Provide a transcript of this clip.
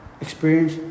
experience